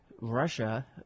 Russia